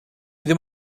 ddim